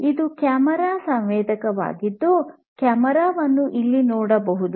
ಇದು ಕ್ಯಾಮೆರಾ ಸಂವೇದಕವಾಗಿದ್ದು ಕ್ಯಾಮೆರಾ ವನ್ನು ಇಲ್ಲಿ ನೋಡಬಹುದು